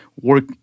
work